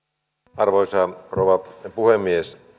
arvoisa rouva puhemies